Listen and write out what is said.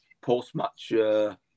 post-match